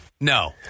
No